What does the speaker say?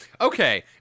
Okay